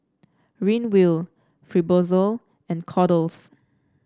Ridwind Fibrosol and Kordel's